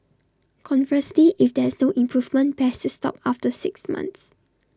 conversely if there is no improvement best to stop after six months